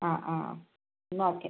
ആ ആ എന്നാൽ ഓക്കേ